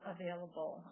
available